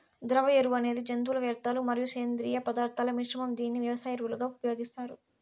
ద్రవ ఎరువు అనేది జంతువుల వ్యర్థాలు మరియు సేంద్రీయ పదార్థాల మిశ్రమం, దీనిని వ్యవసాయ ఎరువులుగా ఉపయోగిస్తారు